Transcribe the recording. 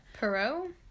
Perot